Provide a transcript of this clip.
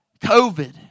COVID